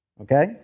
Okay